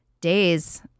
days